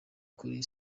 kuri